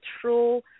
true